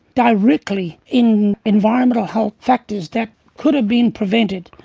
directly in environmental health factors that could have been prevented.